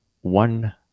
one